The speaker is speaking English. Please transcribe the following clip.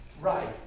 right